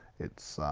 it's,